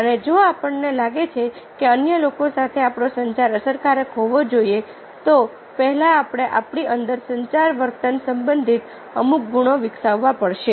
અને જો આપણને લાગે છે કે અન્ય લોકો સાથે આપણો સંચાર અસરકારક હોવો જોઈએ તો પહેલા આપણે આપણી અંદર સંચાર વર્તન સંબંધિત અમુક ગુણો વિકસાવવા પડશે